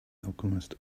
alchemist